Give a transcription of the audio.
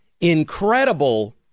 incredible